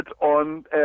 on